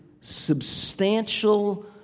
substantial